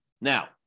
Now